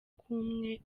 kumwe